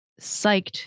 psyched